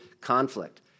conflict